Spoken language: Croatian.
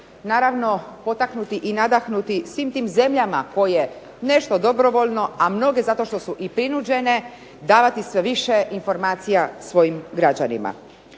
Naravno, potaknuti i nadahnuti svim tim zemljama koje nešto dobrovoljno, a mnoge zato što su i prinuđene, davati sve više informacija svojim građanima.